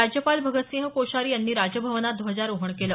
राज्यपाल भगतसिंह कोश्यारी यांनी राजभवनात ध्वजारोहण केलं